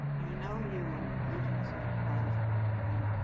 no un agency charged with caring